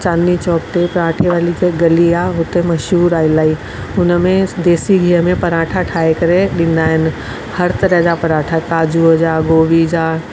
चांदनी चौक ते पराठे वाली गली आहे हुते मशहूरु आहे इलाही हुन में देसी गिह में पराठा ठाहे करे ॾींदा आहिनि हर तरह जा पराठा काजूअ जा गोभी जा